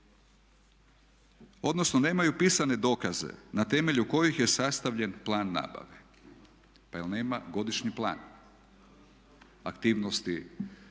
odnosno nemaju pisane dokaze na temelju kojih je sastavljen plan nabave. Pa jel' nema godišnji plan aktivnosti